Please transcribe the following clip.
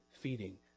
feeding